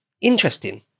interesting